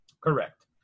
Correct